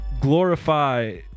glorify